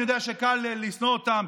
אני יודע שקל לשנוא אותם,